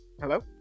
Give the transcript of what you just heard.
Hello